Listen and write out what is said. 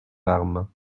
armes